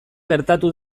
gertatu